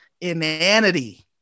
inanity